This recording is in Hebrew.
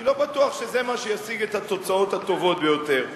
כי לא בטוח שזה מה שישיג את התוצאות הטובות ביותר.